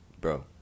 Bro